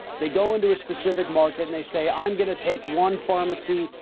they go into a specific market and they say, i'm going to take one pharmacy.